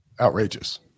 outrageous